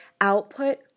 output